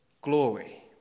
glory